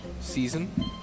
Season